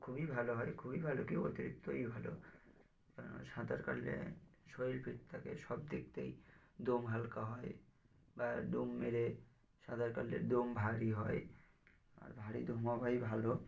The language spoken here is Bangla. খুবই ভালো হয় খুবই ভালো কেউ অতিরিক্তই ভালো কেননা সাঁতার কাটলে শরীর ফিট থাকে সব দেখতেই দম হালকা হয় বা দম মেরে সাঁতার কাটলে দম ভারী হয় আর ভারী দম হওয়াই ভালো